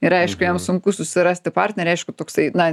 ir aišku jam sunku susirasti partnerę aišku toksai na